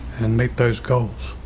and make those goals.